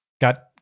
got